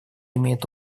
имеет